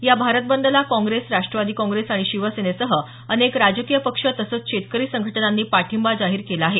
या भारत बंदला काँप्रेस राष्ट्रवादी काँप्रेस आणि शिवसेनेसह अनेक राजकीय पक्ष तसंच शेतकरी संघटनांनी पाठिंबा जाहीर केला आहे